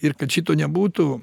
ir kad šito nebūtų